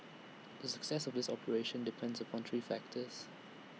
the success of this operation depends upon three factors